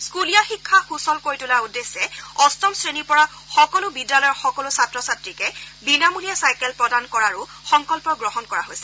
স্কুলীয়া শিক্ষা সূচল কৰি তোলাৰ উদ্দেশ্যে অষ্টম শ্ৰেণীৰ পৰা সকলো বিদ্যালয়ৰ সকলো ছাত্ৰ ছাত্ৰীকে বিনামূলীয়া চাইকেল প্ৰদান কৰাৰো সংকল্প গ্ৰহণ কৰা হৈছে